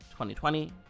2020